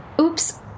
Oops